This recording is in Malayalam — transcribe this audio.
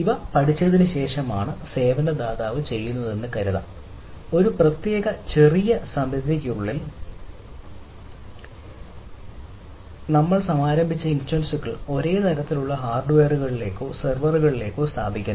ഇവ പഠിച്ചതിനുശേഷമാണ് സേവന ദാതാവ് ചെയ്യുന്നതെന്ന് കരുതാം ഒരു പ്രത്യേക ചെറിയ സമയപരിധിക്കുള്ളിൽ സമാരംഭിച്ച ഇൻസ്റ്റൻസ്കൾ ഒരേ തരത്തിലുള്ള ഹാർഡ്വെയറുകളിലേക്കോ സെർവറിലേക്കോ സ്ഥാപിക്കുന്നു